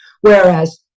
Whereas